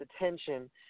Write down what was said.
attention